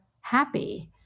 happy